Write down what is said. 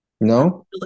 No